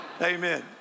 Amen